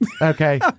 Okay